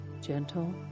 Gentle